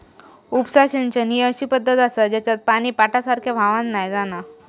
उपसा सिंचन ही अशी पद्धत आसा जेच्यात पानी पाटासारख्या व्हावान नाय जाणा